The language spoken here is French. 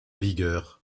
vigueur